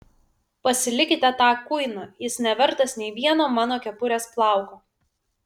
pasilikite tą kuiną jis nevertas nė vieno mano kepurės plauko